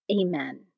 Amen